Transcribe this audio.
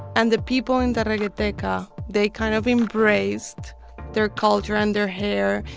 and the people in the reggeteca, they kind of embraced their culture and their hair,